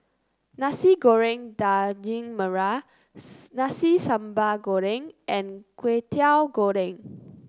Nasi Goreng Daging Merah Nasi Sambal Goreng and Kway Teow Goreng